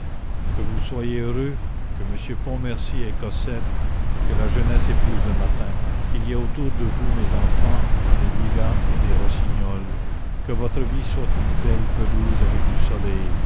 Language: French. que vous soyez heureux que monsieur pontmercy ait cosette que la jeunesse épouse le matin qu'il y ait autour de vous mes enfants des lilas et des rossignols que votre vie soit une belle pelouse avec du soleil